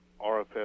RFS